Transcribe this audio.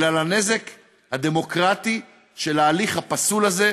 אלא לנזק הדמוקרטי שבהליך הפסול הזה,